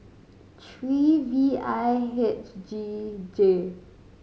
three V I H G J